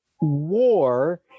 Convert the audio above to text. war